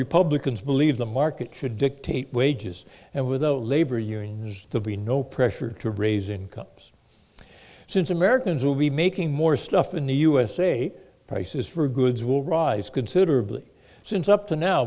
republicans believe the market should dictate wages and without labor unions will be no pressure to raise incomes since americans will be making more stuff in the usa prices for goods will rise considerably since up to now